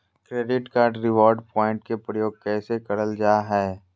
Credit card reward point के प्रयोग कैसे करल जा है?